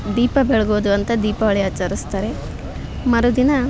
ದೀಪ ಬೆಳಗೋದು ಅಂತ ದೀಪಾವಳಿ ಆಚರಿಸ್ತಾರೆ ಮರು ದಿನ